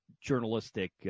journalistic